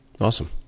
Awesome